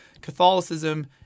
Catholicism